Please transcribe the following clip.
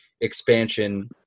expansion